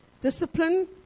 Discipline